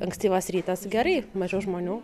ankstyvas rytas gerai mažiau žmonių